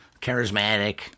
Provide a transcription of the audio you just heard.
charismatic